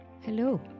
Hello